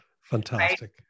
Fantastic